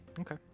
okay